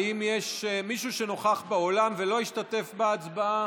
האם יש מישהו שנוכח באולם ולא השתתף בהצבעה?